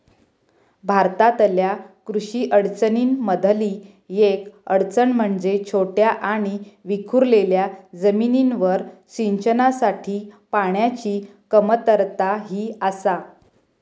भारतातल्या कृषी अडचणीं मधली येक अडचण म्हणजे छोट्या आणि विखुरलेल्या जमिनींवर सिंचनासाठी पाण्याची कमतरता ही आसा